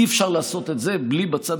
אי-אפשר לעשות את זה בלי שתהיה בצד